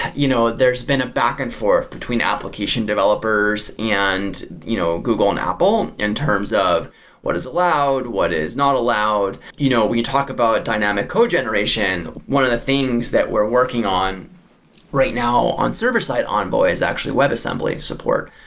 you know there's been a back-and-forth between application developers and you know google and apple in terms of what is allowed. what is not allowed? you know when you talk about dynamic code generation, one of the things that we're working on right now on server-side envoy is actually web assembly support,